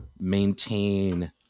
maintain